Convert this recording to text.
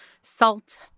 salt